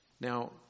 Now